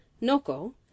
Noko